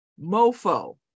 Mofo